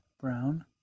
Brown